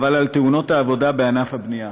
אבל על תאונות העבודה בענף הבנייה: